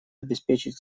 обеспечить